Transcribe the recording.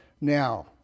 now